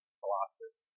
colossus